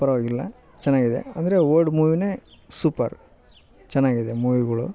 ಪರವಾಗಿಲ್ಲ ಚೆನ್ನಾಗಿದೆ ಅಂದರೆ ಓಲ್ಡ್ ಮೂವಿಯೇ ಸುಪರ್ ಚೆನ್ನಾಗಿದೆ ಮೂವಿಗಳು